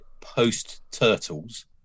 post-turtles